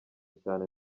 cyane